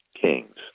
kings